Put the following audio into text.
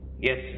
Yes